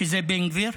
שזה בן גביר.